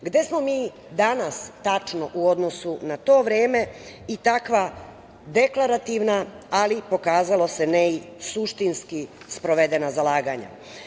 Gde smo mi danas tačno u odnosu na to vreme i takva deklarativna, ali, pokazalo se, ne i suštinski sprovedena zalaganja.